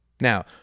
Now